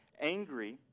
angry